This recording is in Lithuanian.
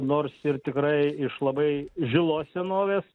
nors ir tikrai iš labai žilos senovės